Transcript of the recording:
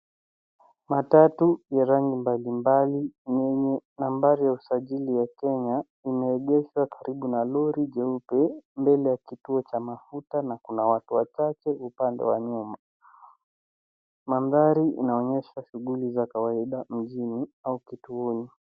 Matatu ya rangi mbalimbali nambari ya usajili ya kenya imeegeshwa karibu na lori jeupe mbele ya kituo cha mafuta na kuna watu watatu upande wa nyuma mandhari inaonyesha shughuli za kawaida mjini au kituoni.